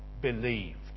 believed